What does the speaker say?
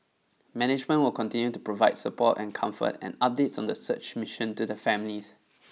management will continue to provide support and comfort and updates on the search mission to the families